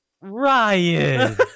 Ryan